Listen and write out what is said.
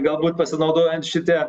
galbūt pasinaudojant šite